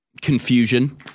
confusion